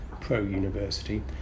pro-university